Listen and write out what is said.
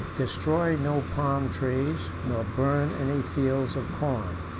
destroy no palm-trees, nor burn any fields of corn.